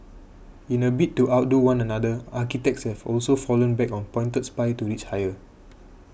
in a bid to outdo one another architects have also fallen back on pointed spires to reach higher